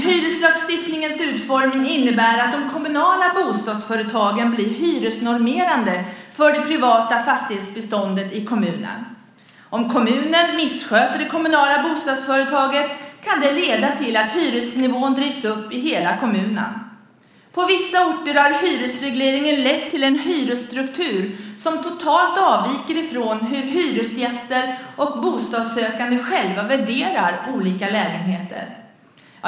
Hyreslagstiftningens utformning innebär att de kommunala bostadsföretagen blir hyresnormerande för de privata fastighetsbestånden i kommunen. Om kommunen missköter det kommunala bostadsföretaget kan det leda till att hyresnivån drivs upp i hela kommunen. På vissa orter har hyresregleringen lett till en hyresstruktur som totalt avviker ifrån hur hyresgäster och bostadssökande själva värderar olika lägenheter.